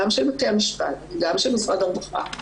גם של בתי המשפט וגם של משרד הרווחה,